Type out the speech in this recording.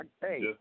Hey